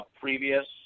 previous